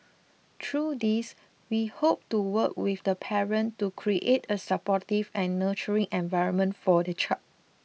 through these we hope to work with the parent to create a supportive and nurturing environment for the child